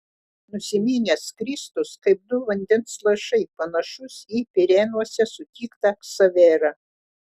nusiminęs kristus kaip du vandens lašai panašus į pirėnuose sutiktą ksaverą